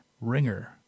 ringer